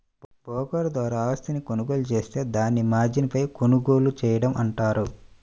broker ద్వారా ఆస్తిని కొనుగోలు జేత్తే దాన్ని మార్జిన్పై కొనుగోలు చేయడం అంటారు